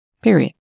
Period